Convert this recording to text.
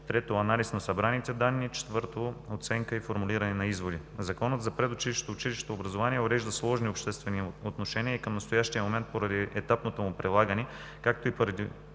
трето, анализ на събраните данни, четвърто, оценка и формулиране на изводи. Законът за предучилищното и училищното образование урежда сложни обществени отношения и към настоящ момент поради етапното му прилагане, както и поради